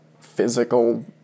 physical